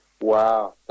Wow